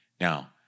Now